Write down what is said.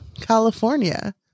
california